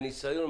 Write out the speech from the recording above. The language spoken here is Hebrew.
מהניסיון,